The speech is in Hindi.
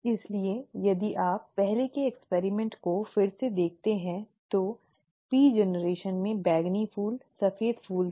इसलिए यदि आप पहले के प्रयोग को फिर से देखते हैं तो P पीढ़ी में बैंगनी फूल सफेद फूल थे